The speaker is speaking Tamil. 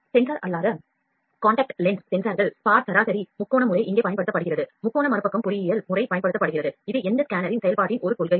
சென்சார் அல்லாத காண்டாக்ட் லென்ஸ் சென்சார்கள் ஸ்பாட் சராசரி முக்கோண முறை இங்கே பயன்படுத்தப்படுகிறது முக்கோண மறுபக்கம் பொறியியல் முறை பயன்படுத்தப்படுகிறது இது இந்த ஸ்கேனரின் செயல்பாட்டின் ஒரு கொள்கையாகும்